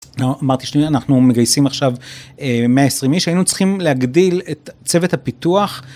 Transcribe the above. אמרתי שניה, אנחנו מגייסים עכשיו 120 איש, היינו צריכים להגדיל את צוות הפיתוח.